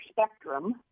spectrum